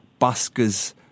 Buskers